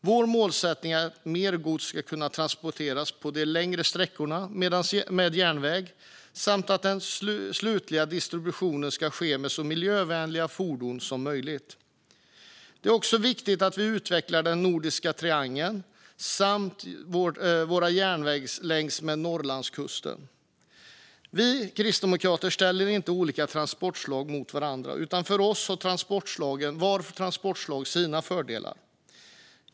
Vår målsättning är att mer gods ska kunna transporteras på de längre sträckorna med järnväg samt att den slutliga distributionen ska ske med så miljövänliga fordon som möjligt. Det är också viktigt att vi utvecklar den nordiska triangeln samt våra järnvägar längs med Norrlandskusten. Vi kristdemokrater ställer inte olika transportslag mot varandra, utan för oss har varje transportslag sina fördelar.